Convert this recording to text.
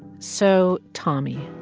so tommy.